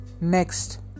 Next